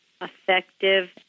effective